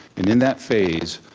and in that phase,